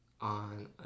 on